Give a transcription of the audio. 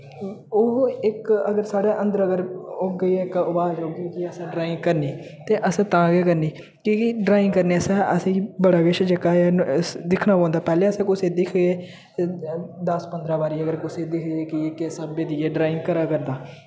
ओह् इक अगर साढ़े अंदर अगर होगी इक अवाज औगी कि असें ड्राइंग करनी ते अस तां गै करनी कि कि ड्राइंग करने आस्तै असेंगी बड़ा किश जेह्का दिक्खना पौंदा पैह्लें अस कुसै दिक्खगे दस पंदरा बारी अगर कुसै गी दिक्खगे कि किस स्हाबें दी एह् ड्राइंग करै करदा